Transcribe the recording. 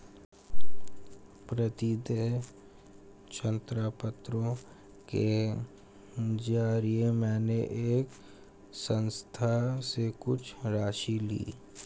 प्रतिदेय ऋणपत्रों के जरिये मैंने एक संस्था से कुछ राशि ली